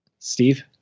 Steve